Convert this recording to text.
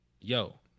yo